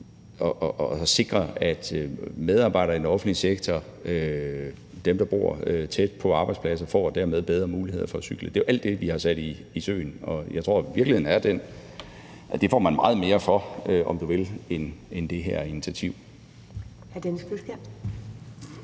man sikrer, at medarbejdere i den offentlige sektor – dem, der bor tæt på arbejdspladser – dermed får bedre muligheder for at cykle. Det er jo alt det, vi har sat i søen, og jeg tror, at virkeligheden er den, at det får man meget mere for, om du vil, end man gør med det her initiativ.